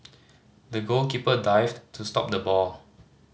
the goalkeeper dived to stop the ball